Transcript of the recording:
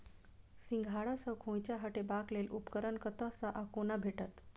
सिंघाड़ा सऽ खोइंचा हटेबाक लेल उपकरण कतह सऽ आ कोना भेटत?